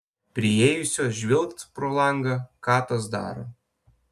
priėjusios žvilgt pro langą ką tas daro